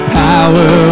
power